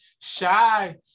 Shy